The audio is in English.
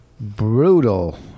brutal